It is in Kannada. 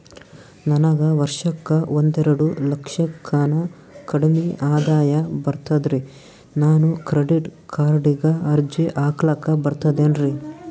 ನನಗ ವರ್ಷಕ್ಕ ಒಂದೆರಡು ಲಕ್ಷಕ್ಕನ ಕಡಿಮಿ ಆದಾಯ ಬರ್ತದ್ರಿ ನಾನು ಕ್ರೆಡಿಟ್ ಕಾರ್ಡೀಗ ಅರ್ಜಿ ಹಾಕ್ಲಕ ಬರ್ತದೇನ್ರಿ?